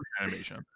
animation